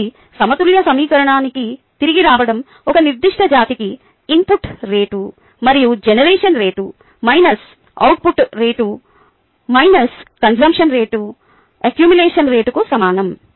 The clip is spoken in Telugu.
కాబట్టి సమతుల్య సమీకరణానికి తిరిగి రావడం ఒక నిర్దిష్ట జాతికి ఇన్పుట్ రేటు మరియు generation rate minus output rate minus consumption rate accumulation రేటుకు సమానం